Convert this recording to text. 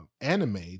anime